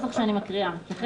אי אפשר, אי אפשר לחיות כך.